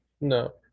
No